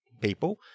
people